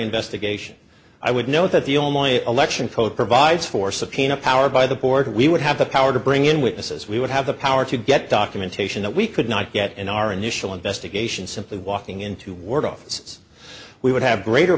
investigation i would note that the only election code provides for subpoena power by the board we would have the power to bring in witnesses we would have the power to get documentation that we could not get in our initial investigation simply walking into word offices we would have greater